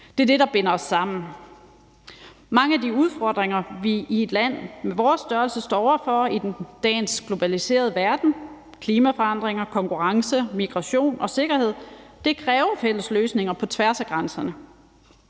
Det er det, der binder os sammen. Mange af de udfordringer, vi i et land på vores størrelse står over for i dagens globaliserede verden, klimaforandringer, konkurrence, migration og sikkerhed, kræver fælles løsninger på tværs af grænserne.